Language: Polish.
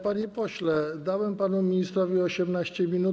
Panie pośle, dałem panu ministrowi 18 minut.